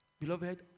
Beloved